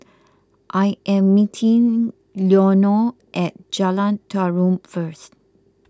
I am meeting Leonore at Jalan Tarum first